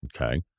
Okay